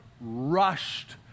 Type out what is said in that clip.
rushed